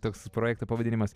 toks projekto pavadinimas